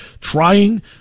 trying